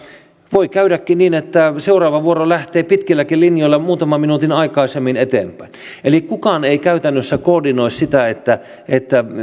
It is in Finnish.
voi käydäkin niin että seuraava vuoro lähtee pitkilläkin linjoilla muutaman minuutin aikaisemmin eteenpäin eli kukaan ei käytännössä koordinoi sitä